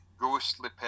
ghostly